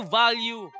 value